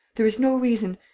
there is no reason.